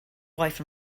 wife